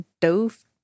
dove